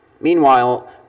Meanwhile